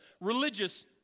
religious